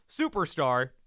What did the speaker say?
superstar